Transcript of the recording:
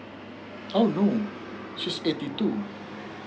oh no she's eighty two